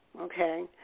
Okay